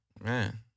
man